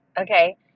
Okay